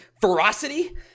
ferocity